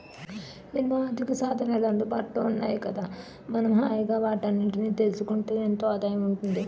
ఎన్నో ఆర్థికసాధనాలు అందుబాటులో ఉన్నాయి కదా మనం హాయిగా వాటన్నిటినీ తెలుసుకుంటే ఎంతో ఆదాయం ఉంటుంది